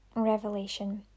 Revelation